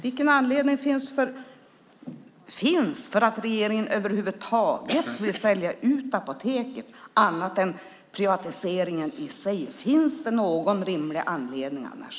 Vilken anledning finns för att regeringen över huvud taget vill sälja ut Apoteket annat än privatiseringen i sig? Finns det någon rimlig anledning annars?